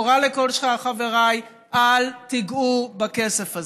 ואני קוראה לכל שאר חבריי: אל תיגעו בכסף הזה.